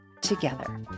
together